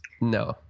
No